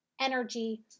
energy